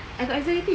I got anxiety